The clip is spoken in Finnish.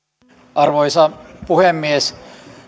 arvoisa puhemies